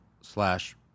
slash